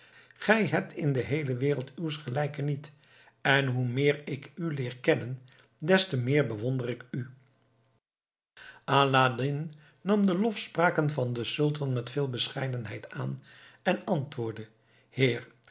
gij hebt in de heele wereld uws gelijke niet en hoe meer ik u leer kennen des te meer bewonder ik u aladdin nam de lofspraken van den sultan met veel bescheidenheid aan en antwoordde heer